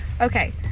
okay